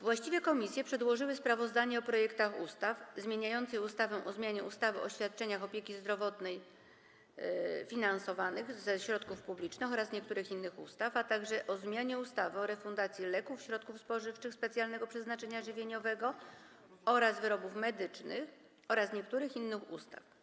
Właściwe komisje przedłożyły sprawozdania o projektach ustaw: - zmieniającej ustawę o zmianie ustawy o świadczeniach opieki zdrowotnej finansowanych ze środków publicznych oraz niektórych innych ustaw, - o zmianie ustawy o refundacji leków, środków spożywczych specjalnego przeznaczenia żywieniowego oraz wyrobów medycznych oraz niektórych innych ustaw.